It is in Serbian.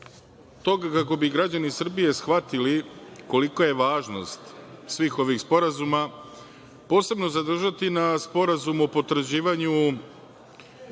toga kako bi građani Srbije shvatili kolika je važnost svih ovih sporazuma posebno ću se zadržati na Sporazumu o potvrđivanju